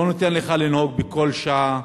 זה לא נותן לך לנהוג בכל שעה,